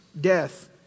death